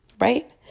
right